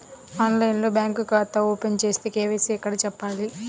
ఆన్లైన్లో బ్యాంకు ఖాతా ఓపెన్ చేస్తే, కే.వై.సి ఎక్కడ చెప్పాలి?